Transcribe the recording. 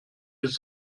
ist